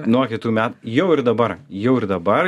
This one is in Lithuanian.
nuo kitų met jau ir dabar jau ir dabar